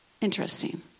Interesting